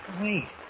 Wait